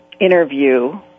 interview